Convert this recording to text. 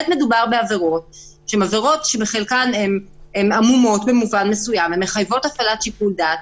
מדובר בעברות שבחלקן הן עמומות ומחייבות הפעלת שיקול דעת.